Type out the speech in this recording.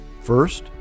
First